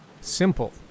simple